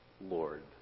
Lord